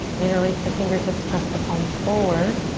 interlace the fingertips, press the palms forward.